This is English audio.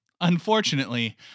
Unfortunately